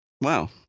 Wow